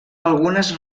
algunes